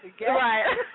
Right